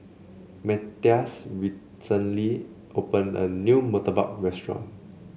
Matthias recently opened a new Murtabak Restaurant